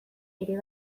ere